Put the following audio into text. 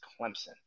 Clemson